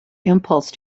impulse